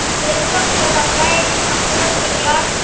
एक सौ किलो का प्राइस कम से कम एक लाख